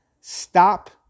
stop